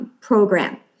program